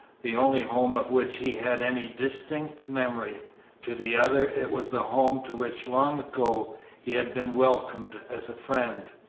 the only home of which he had any distinct memory to the other it was the home to which long ago he had been welcomed as a friend,